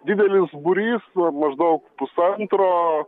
didelis būrys maždaug pusantro